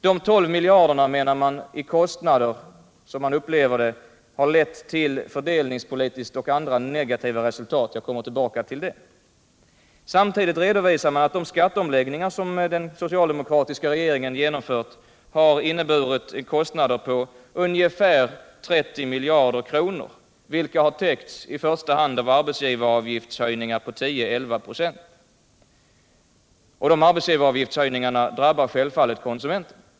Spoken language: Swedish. De 12 mil jarderna i kostnader menar man har lett till fördelningspolitiska och andra negativa resultat. Jag kommer tillbaka till det. Samtidigt redovisar man att de skatteomläggningar som den socialdemokratiska regeringen genomförde har inneburit kostnader på ungefär 30 miljarder kronor, vilka har täckts i första hand av arbetsgivaravgiftshöjningar på 10-11 26. De arbetsgivaravgiftshöjningarna drabbar självfallet konsumenterna.